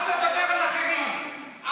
אל תדבר על אחרים.